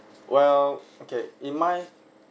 well okay in my